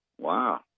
Wow